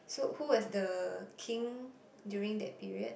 so who was the king during that period